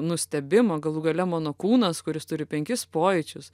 nustebimo galų gale mano kūnas kuris turi penkis pojūčius